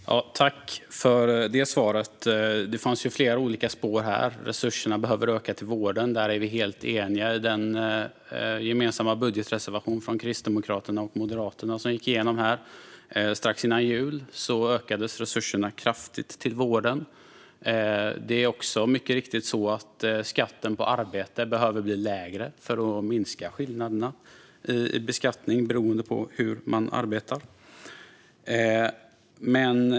Fru talman! Jag tackar finansministern för svaret. Det fanns flera olika spår. Att det behövs ökade resurser till vården är vi helt eniga om. I Moderaternas och Kristdemokraternas gemensamma budgetreservation, som gick igenom här strax före jul, ökades resurserna till vården kraftigt. Det är också riktigt att skatten på arbete behöver bli lägre för att minska skillnaderna i beskattning beroende på hur man arbetar.